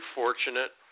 fortunate